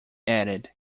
added